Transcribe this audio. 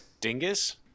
Dingus